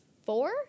four